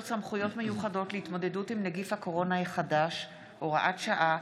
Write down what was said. סמכויות מיוחדות להתמודדות עם נגיף הקורונה החדש (הוראת שעה)